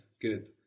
Good